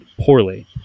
poorly